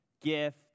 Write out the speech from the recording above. gift